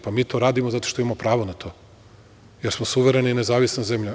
Pa, mi to radimo zato što imamo pravo na to, jer smo suverena i nezavisna zemlja.